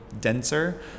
denser